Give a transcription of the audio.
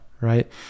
right